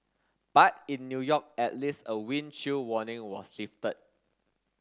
but in New York at least a wind chill warning was lifted